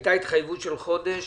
הייתה התחייבות של חודש,